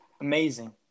amazing